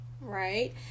right